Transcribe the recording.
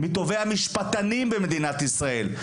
מטובי המשפטנים במדינת ישראל,